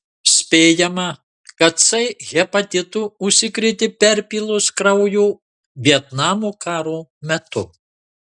spėjama kad c hepatitu užsikrėtė perpylus kraujo vietnamo karo metu